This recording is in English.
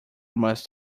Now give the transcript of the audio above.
must